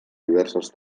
diverses